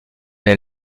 elle